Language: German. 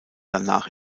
danach